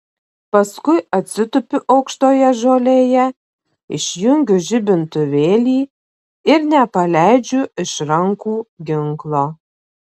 paskui atsitupiu aukštoje žolėje išjungiu žibintuvėlį ir nepaleidžiu iš rankų ginklo